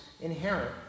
inherent